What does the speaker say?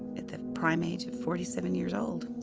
at the prime age of forty seven years old.